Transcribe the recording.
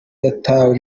yatawe